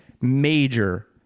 major